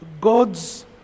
God's